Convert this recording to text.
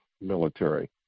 military